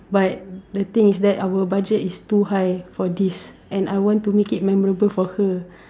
but the thing is that our budget is too high for this and I want to make it memorable for her